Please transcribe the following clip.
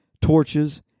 torches